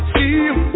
See